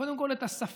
קודם כול את השפה,